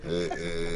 כאן.